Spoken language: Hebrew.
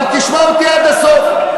אבל תשמע אותי עד הסוף.